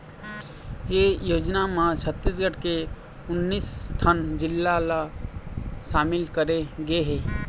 ए योजना म छत्तीसगढ़ के उन्नीस ठन जिला ल सामिल करे गे हे